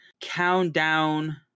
Countdown